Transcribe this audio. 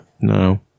No